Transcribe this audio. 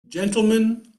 gentlemen